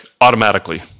automatically